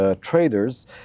traders